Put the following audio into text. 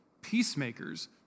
Peacemakers